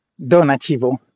donativo